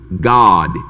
God